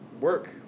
work